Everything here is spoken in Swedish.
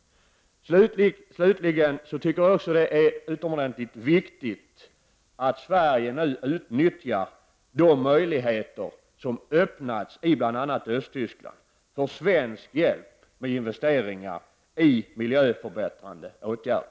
Slutligen tycker jag att det är utomordentligt viktigt att Sverige nu utnyttjar de möjligheter som öppnats i bl.a. Östtyskland för svensk hjälp och investeringar i miljöförbättrande åtgärder.